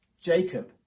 Jacob